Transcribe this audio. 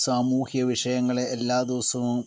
സാമൂഹിക വിഷയങ്ങളെ എല്ലാ ദിവസവും